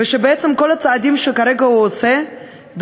ושבעצם כל הצעדים שכרגע הוא עושה,